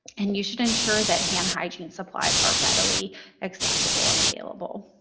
and you should ensure that hand hygiene supplies are readily accessible and available.